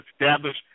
establish